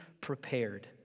prepared